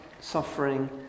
suffering